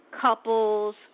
couples